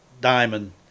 Diamond